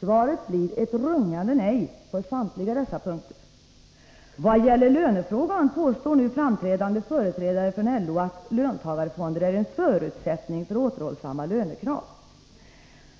Svaret blir ett rungande nej på samtliga dessa punkter. Vad gäller lönefrågor påstår nu framträdande företrädare för LO att löntagarfonder är en förutsättning för återhållsamma lönekrav.